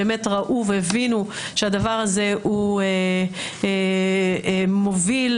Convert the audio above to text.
באמת ראו והבינו למה שהדבר הזה מוביל,